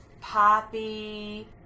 poppy